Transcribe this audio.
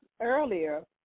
earlier